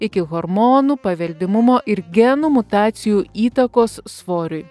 iki hormonų paveldimumo ir genų mutacijų įtakos svoriui